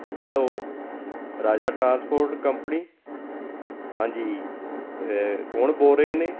hello Raja transport company ਹਾਂਜੀ ਕੌਣ ਬੋਲ ਰਹੇ ਨੇ